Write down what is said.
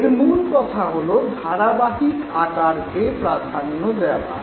এর মূল কথা হল ধারাবাহিক আকারকে প্রাধান্য দেওয়া